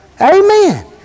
Amen